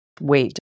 Wait